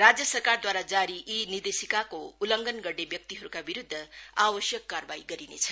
राज्य सरकारद्वारा जारी यी निर्देशिकाको उंल्ल्घन गर्ने व्यक्तिहरूका विरूद्व आवश्यक कार्वाही गरिनेछ